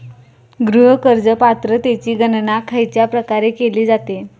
गृह कर्ज पात्रतेची गणना खयच्या प्रकारे केली जाते?